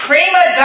Prima